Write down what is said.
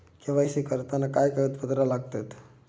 KYC करताना काय कागदपत्रा लागतत?